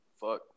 Fuck